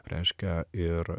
reiškia ir